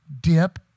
dip